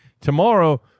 tomorrow